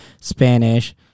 spanish